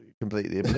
completely